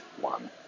one